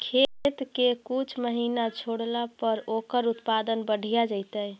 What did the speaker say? खेत के कुछ महिना छोड़ला पर ओकर उत्पादन बढ़िया जैतइ?